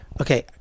Okay